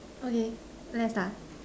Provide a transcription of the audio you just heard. okay let start